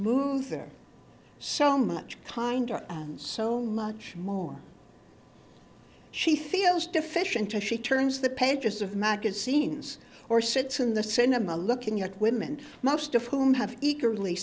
smoother so much kinder and so much more she feels deficient to she turns the pages of magazines or sits in the cinema looking at women most of whom have eagerly